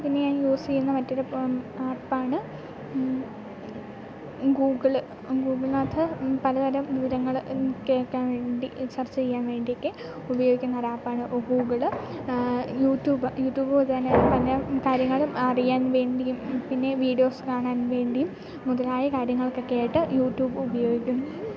പിന്നെ ഞാൻ യൂസ് ചെയ്യുന്ന മറ്റൊരു ആപ്പാണ് ഗൂഗിള് ഗൂഗിളിന് അകത്ത് പല തരം വിരങ്ങൾ കേൾക്കാൻ വേണ്ടി സെർച്ച് ചെയ്യാൻ വേണ്ടിയിട്ട് ഉപയോഗിക്കുന്ന ഒരു ആപ്പാണ് ഗൂഗിള് യൂട്യൂബ് യൂട്യൂബ് ഇത് തന്നെ പല കാര്യങ്ങളും അറിയാൻ വേണ്ടിയും പിന്നെ വീഡിയോസ് കാണാൻ വേണ്ടിയും മുതലായ കാര്യങ്ങൾകൊക്കെ ആയിട്ട് യൂട്യൂബ് ഉപയോഗിക്കും